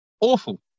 Awful